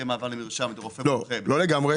לא לגמרי.